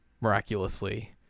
miraculously